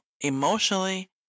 Emotionally